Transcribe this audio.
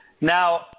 Now